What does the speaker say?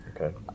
okay